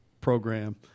program